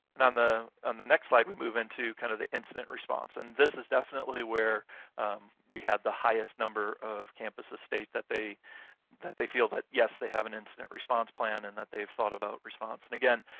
and on the on the next slide we move into kinda kind of the incident response, and this is definitely where we had the highest number number of campuses state that they that they feel that, yes, they have an incident response plan and that they've thought about response. and, again,